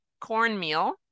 cornmeal